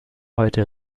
heute